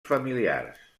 familiars